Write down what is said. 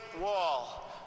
wall